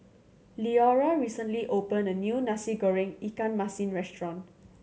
Leora recently opened a new Nasi Goreng ikan masin restaurant